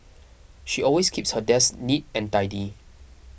she always keeps her desk neat and tidy